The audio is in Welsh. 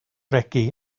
regi